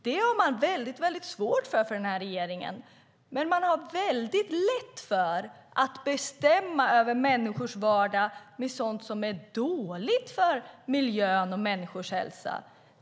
Det har man väldigt svårt för i den här regeringen, men man har väldigt lätt för att bestämma över människors vardag när det gäller sådant som är dåligt för miljön och människors hälsa.